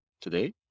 Today